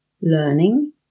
learning